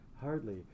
Hardly